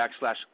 backslash